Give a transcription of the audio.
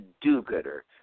do-gooder